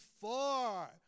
far